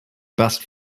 best